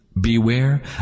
Beware